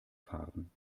fahren